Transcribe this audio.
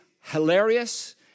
hilarious